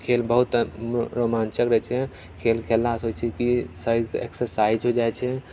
खेल बहुत रोमाञ्चक रहैत छै खेल खेलला से होइत छै की शरीरके एक्सर्सायज होइ जाइत छै